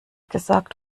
gesagt